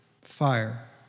fire